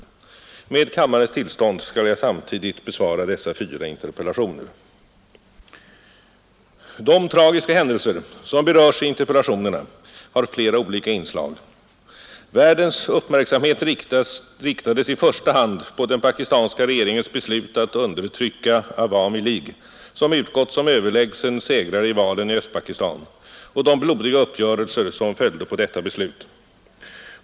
Med kammarens tillstånd skall jag samtidigt besvara dessa fyra interpellationer. De tragiska händelser, som beröres i interpellationerna, har flera olika inslag. Världens uppmärksamhet riktades i första hand på den pakistanska regeringens beslut att undertrycka Awami League, som utgått som överlägsen segrare i valen i Östpakistan, och de blodiga uppgörelser som följde på detta beslut.